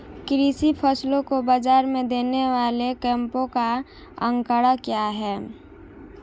कृषि फसलों को बाज़ार में देने वाले कैंपों का आंकड़ा क्या है?